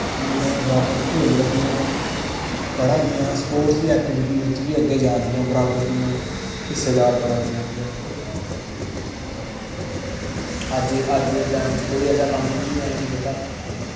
मुड़ें दे बराबर खेढन लगी दियां ओह् पढ़ा दियां स्पोर्टस दी ऐक्टिविटी बिच बी अग्गें जा दियां बराबर दियां हिस्सेदार बना दियां उं'दे अज्ज दे टैम च कोई ऐसा कम्म निं ऐ जेह्का